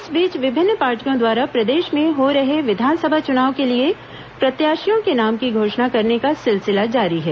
इस बीच विभिन्न पार्टियों द्वारा प्रदेश में हो रहे विधानसभा चुनाव के लिए प्रत्याशियों के नाम की घोषणा करने का सिलसिला जारी है